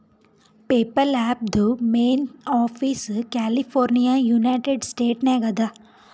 PayPal ಆ್ಯಪ್ದು main office California United States ನಾಗ್ ಅದಾ